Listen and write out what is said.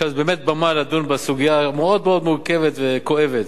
שם זו באמת במה לדון בסוגיה המאוד-מאוד מורכבת וכואבת.